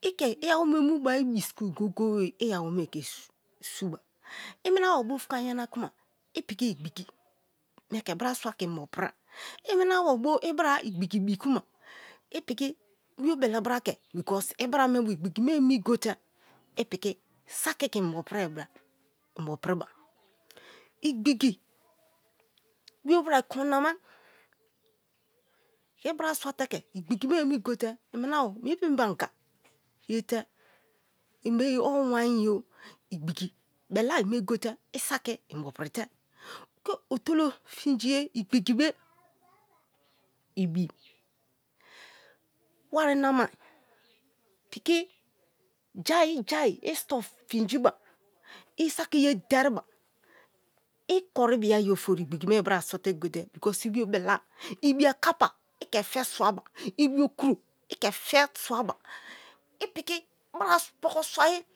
i ke iyawome mu bai ibi school goye-goye i awome ke suba i puna bo bufuka yana kuma i piki igbigi me ke brasua inbo pirie, i minabo bo i bra igbigi bi kuma i piki bio bele bra ke because i bra me bo rgbigi me eni gote i piki sati ke inbo prie bra inbo piriba, igbigi ibrasua te ke igbigi me emi gote iminabo mie pempe anga ye te i beem o wine o igbigi belai me gote i saki inbo pirite ke otolo pinjie igbigi be ibi wari nama piki jai-jai i store finjiba i saki ye deriba i koriba ye ofori because igbigi me ibra sote gote ibio belai, ibi a kapa i ke fe sua ba ibi okuro i ke fe sua ba i piki bra poko sua ye.